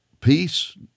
peace